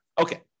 Okay